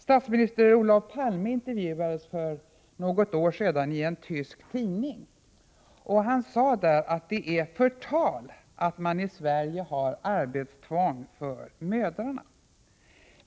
Statsminister Olof Palme intervjuades för något år sedan i en tysk tidning, och han sade då att det är förtal att man i Sverige har arbetstvång för mödrarna.